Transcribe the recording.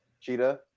Cheetah